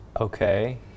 Okay